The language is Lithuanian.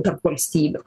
tarp valstybių